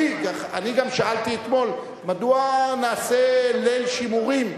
אני גם שאלתי אתמול: מדוע נעשה ליל שימורים?